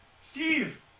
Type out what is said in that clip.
Steve